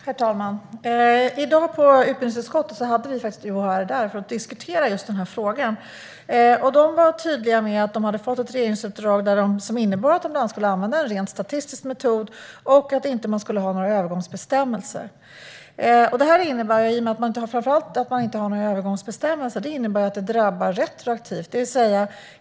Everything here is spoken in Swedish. Herr talman! I dag var UHR i utbildningsutskottet för att diskutera just denna fråga. De var tydliga med att de hade fått ett regeringsuppdrag som bland annat innebar att skulle använda en rent statistisk metod och att man inte skulle ha några övergångsbestämmelser. Det senare innebär att det drabbar retroaktivt.